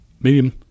medium